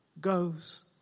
goes